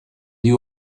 you